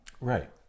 Right